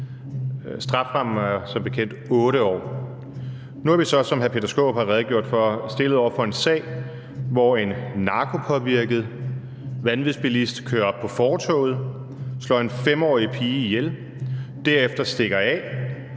Strafferammen er som bekendt 8 år. Nu er vi så, som hr. Peter Skaarup har redegjort for, stillet over for en sag, hvor en narkopåvirket vanvidsbilist kører op på fortovet, slår en 5-årig pige ihjel og derefter stikker af